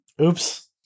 Oops